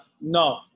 no